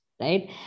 right